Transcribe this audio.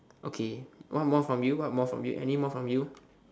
okay what more from you what more from you anymore from you